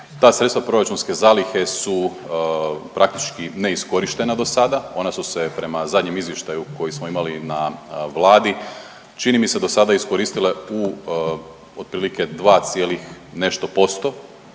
Ta sredstva proračunske zalihe su praktički neiskorištena do sada, ona su se prema zadnjem izvještaju koji smo imali na Vladi čini mi se do sada iskoristile u otprilike dva cijelih nešto